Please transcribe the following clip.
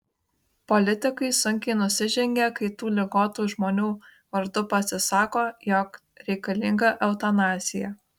politikai sunkiai nusižengia kai tų ligotų žmonių vardu pasisako jog reikalinga eutanazija